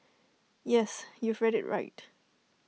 yes you've read IT right